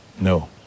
No